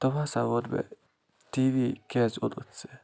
تِمو ہسا ووٚن مےٚ ٹی وی کیٛازِ اوٚنُتھ ژےٚ